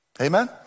Amen